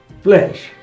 flesh